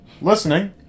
listening